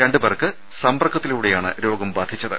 രണ്ടുപേർക്ക് സമ്പർക്കത്തിലൂടെയാണ് രോഗം ബാധിച്ചത്